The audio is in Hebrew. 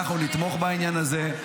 אנחנו נתמוך בעניין הזה.